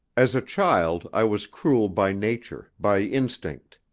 as a child i was cruel by nature, by instinct.